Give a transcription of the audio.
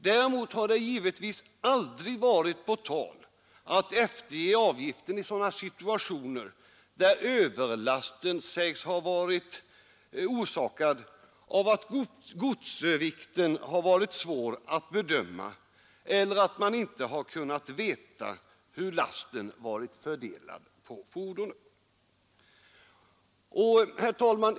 Däremot har det givetvis aldrig varit på tal att efterge avgiften i sådana situationer där överlasten sägs ha varit orsakad av att godsvikten varit svår att bedöma eller av att man inte har kunnat veta hur lasten varit fördelad på fordonet. Herr talman!